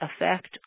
effect